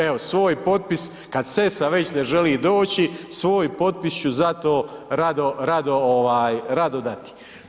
Evo svoj potpis kad Sessa već ne želi doći svoj potpis ću zato rado dati.